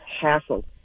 hassle